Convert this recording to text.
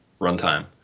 runtime